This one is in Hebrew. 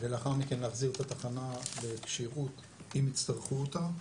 ולאחר מכן להחזיר את התחנה לכשירות אם יצטרכו אותה.